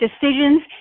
decisions